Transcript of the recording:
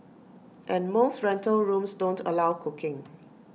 and most rental rooms don't allow cooking